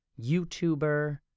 YouTuber